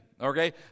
Okay